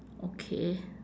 okay